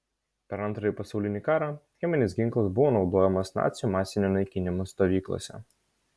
per antrąjį pasaulinį karą cheminis ginklas buvo naudojamas nacių masinio naikinimo stovyklose